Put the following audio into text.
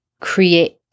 create